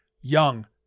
young